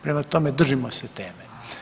Prema tome, držimo se teme.